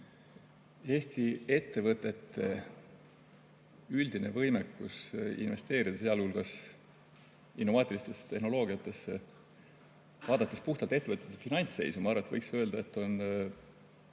Eesti ettevõtete üldine võimekus investeerida, sealhulgas innovaatilistesse tehnoloogiatesse, on vaadates puhtalt ettevõtete finantsseisu, võiks öelda, pigem